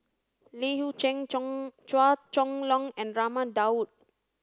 Li Hui Cheng Chua Chong Long and Raman Daud